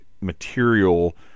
material